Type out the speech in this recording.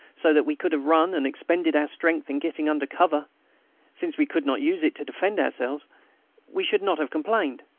so that we could have run and expended our strength in getting under cover since we could not use it to defend ourselves we should not have complained.